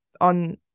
on